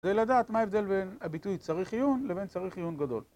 זה לדעת מה ההבדל בין הביטוי "צריך עיון" לבין "צריך עיון גדול"